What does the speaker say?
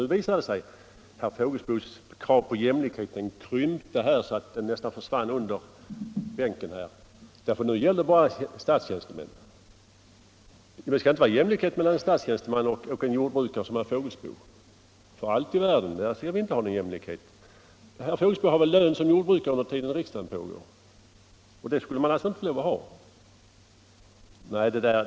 Nu visar det sig att herr Fågelsbos krav på jämlikhet krympte så att det nästan försvann under bänken, ty nu gällde det endast statstjänstemän. Det skall alltså inte vara jämlikhet mellan en statstjänsteman och en jordbrukare som herr Fågelsbo. För allt i världen — där skall det inte vara någon jämlikhet. Herr Fågelsbo har väl lön som jordbrukare under den tid som riksdagen pågår —- men det skulle man enligt motionärerna alltså inte få ha.